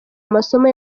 amasomo